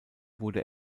wurde